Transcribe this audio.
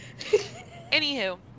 Anywho